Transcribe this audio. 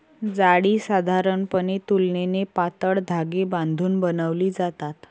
जाळी साधारणपणे तुलनेने पातळ धागे बांधून बनवली जातात